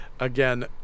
Again